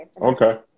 Okay